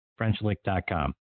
FrenchLick.com